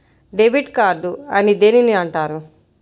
Debit card అని దేనిని అంటారు?